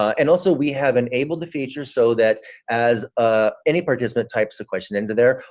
and also we have enabled the feature so that as ah any participant types a question into there,